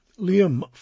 Liam